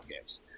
games